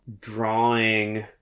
drawing